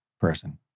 person